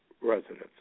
residents